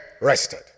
rested